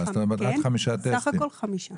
סך הכול חמישה.